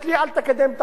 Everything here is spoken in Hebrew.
אל תקדם את החוק,